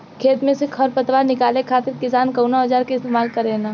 खेत में से खर पतवार निकाले खातिर किसान कउना औजार क इस्तेमाल करे न?